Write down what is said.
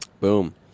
Boom